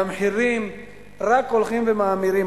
המחירים רק הולכים ומאמירים.